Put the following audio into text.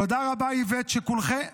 תודה רבה, איווט, שכולכם --- לא.